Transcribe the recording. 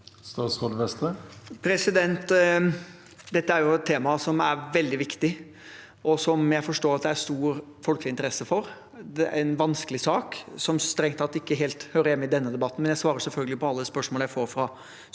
Dette er et tema som er veldig viktig, og som jeg forstår at det er stor folkelig interesse for. Det er en vanskelig sak som strengt tatt ikke helt hører hjemme i denne debatten, men jeg svarer selvfølgelig på alle spørsmål jeg får fra